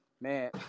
man